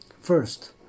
First